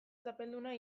txapelduna